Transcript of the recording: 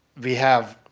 we have